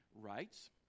rights